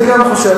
אני גם לא חושב,